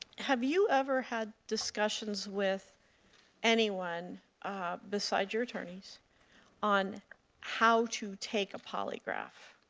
have you ever had discussions with anyone beside your attorney so on how to take a polygraph?